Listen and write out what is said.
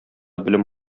белем